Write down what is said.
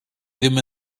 ddim